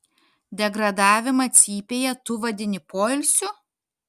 degradavimą cypėje tu vadini poilsiu